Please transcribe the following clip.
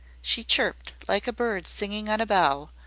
she chirped like a bird singing on a bough,